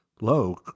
low